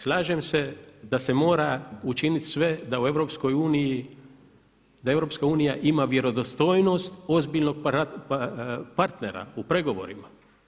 Slažem se da se mora učiniti sve da u EU, da EU ima vjerodostojnost ozbiljnog partnera u pregovorima.